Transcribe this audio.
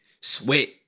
sweat